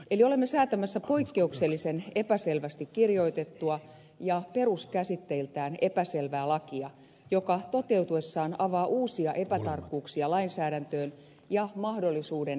eli olemme säästämässä poikkeuksellisen epäselvästi kirjoitettua ja peruskäsitteiltään epäselvää lakia joka toteutuessaan avaa uusia epätarkkuuksia lainsäädäntöön ja mahdollisuuden toimivaltuuksien väärinkäyttöön